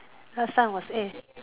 last time was A